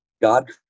God